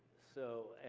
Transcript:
so,